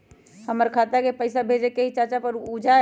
हमरा खाता के पईसा भेजेए के हई चाचा पर ऊ जाएत?